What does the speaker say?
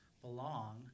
belong